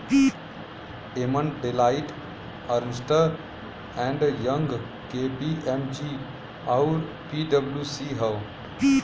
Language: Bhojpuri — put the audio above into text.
एमन Deloitte, Ernst and Young, KPMG आउर पी.डब्ल्यू.सी हौ